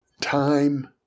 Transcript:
Time